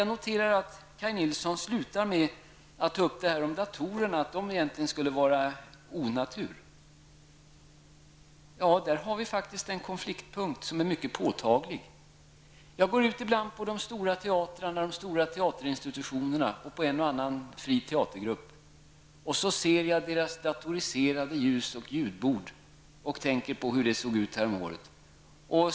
Jag noterar att Kaj Nilsson avslutar med att säga att datorerna egentligen var onaturliga. Ja, där har vi faktiskt en konfliktpunkt som är mycket påtaglig. Jag går ibland på de stora teatrarna och teaterinstitutionerna och på en och annan friteater. Jag ser deras datoriserade ljus och ljudbord och tänker på hur det såg ut häromåret.